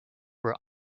were